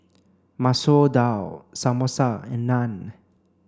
Masoor Dal Samosa and Naan